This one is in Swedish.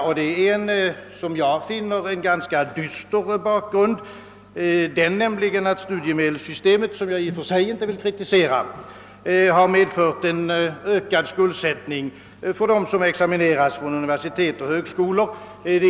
Den är efter vad jag kan finna ganska dyster. Studiemedelssystemet — som jag i och för sig inte vill kritisera — har medfört ökad skuldsättning för dem som examineras från universitet och högskolor.